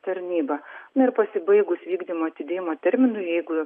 tarnyba na ir pasibaigus vykdymo atidėjimo terminui jeigu